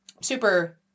Super